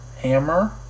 hammer